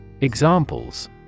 Examples